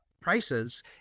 prices